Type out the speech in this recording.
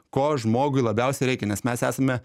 ko žmogui labiausiai reikia nes mes esame